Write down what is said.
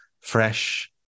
fresh